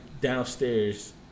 downstairs